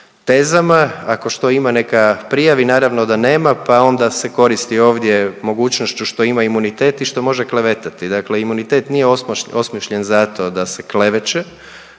tezama, ako što ima neka prijavi. Naravno da nema pa onda se koristi ovdje mogućnošću što ima imunitet i što može klevetati. Dakle, imunitet nije osmišljen zato da se kleveće